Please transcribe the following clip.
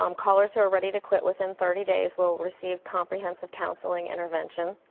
um callers who are ready to quit within thirty days will receive comprehensive counseling intervention.